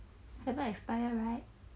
haven't expire right